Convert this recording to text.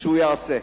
שהוא יעשה.